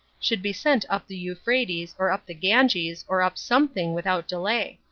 should be sent up the euphrates or up the ganges or up something without delay.